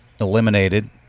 eliminated